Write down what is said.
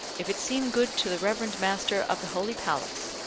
if it seem good to the reverend master of the holy palace.